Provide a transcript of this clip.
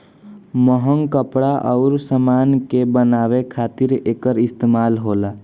महंग कपड़ा अउर समान के बनावे खातिर एकर इस्तमाल होला